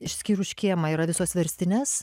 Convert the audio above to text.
išskyrus škėmą yra visos verstinės